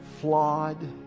flawed